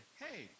hey